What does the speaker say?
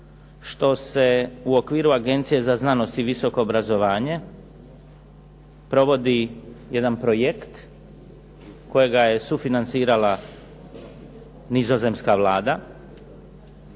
što se u okviru Agencije za znanost i visoko obrazovanje provodi jedan projekt kojega je sufinancirala nizozemska Vlada